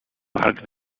mark